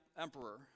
emperor